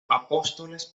apóstoles